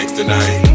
tonight